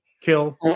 kill